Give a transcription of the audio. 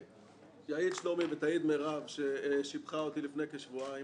יעיד שלומי ותעיד מירב ששיבחה אותי לפני כשבועיים